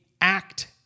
act